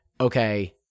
okay